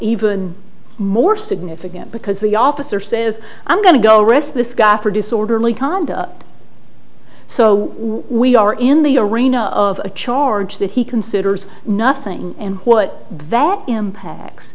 even more significant because the officer says i'm going to go arrest this guy for disorderly conduct so we are in the arena of a charge that he considers nothing and what that impacts